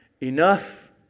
enough